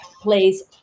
please